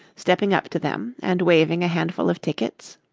stepping up to them and waving a handful of tickets.